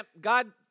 God